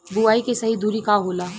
बुआई के सही दूरी का होला?